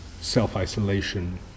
self-isolation